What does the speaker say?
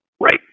right